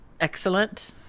Excellent